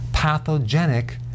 pathogenic